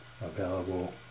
available